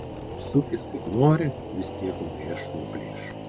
sukis kaip nori vis tiek nurėš nuplėš